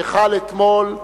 שחל אתמול,